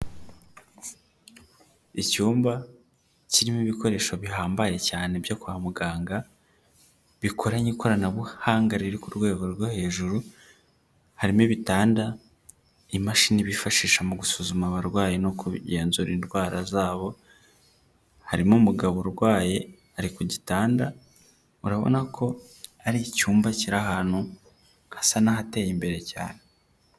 Icyumba kirimo ibikoresho bihambaye cyane byo kwa muganga bikoranye ikoranabuhanga riri ku rwego rwo hejuru, harimo ibitanda, imashini bifashisha mu gusuzuma abarwayi no kugenzura indwara zabo, harimo umugabo urwaye ari kugitanda urabona ko ari icyumba kiri ahantu hasa n'ahateye imbere cyane.